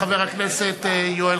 חבר הכנסת מולה,